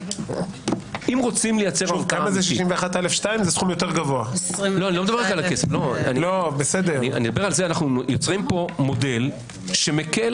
הוא יצא ב-3,000 שקל על זה שהוא זורק חפץ למגרש?